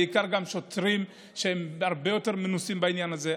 ובעיקר שוטרים שהם הרבה יותר מנוסים בעניין הזה.